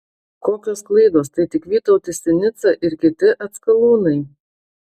kokios klaidos tai tik vytautas sinica ir kiti atskalūnai